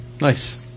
Nice